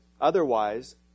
otherwise